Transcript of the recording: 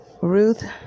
Ruth